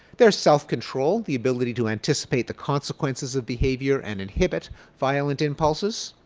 there's self-control, the ability to anticipate the consequences of behavior and inhibit violent impulses.